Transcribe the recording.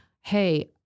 hey